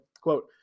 quote